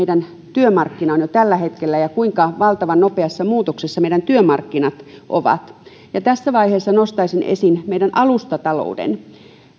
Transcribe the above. on jo tällä hetkellä ja kuinka valtavan nopeassa muutoksessa meidän työmarkkinat ovat tässä vaiheessa nostaisin esiin meidän alustatalouden